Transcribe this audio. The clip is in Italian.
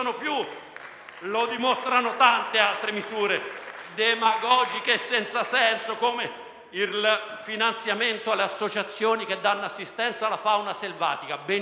Lo dimostrano tante altre misure demagogiche e senza senso, come il finanziamento alle associazioni che danno assistenza alla fauna selvatica. Benissimo,